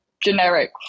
generic